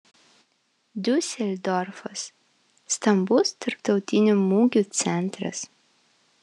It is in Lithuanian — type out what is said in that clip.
diuseldorfas stambus tarptautinių mugių centras